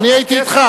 אני אתך,